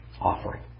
offering